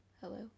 Hello